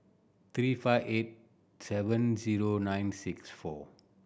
three five eight seven zero nine six four